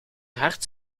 hart